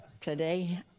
today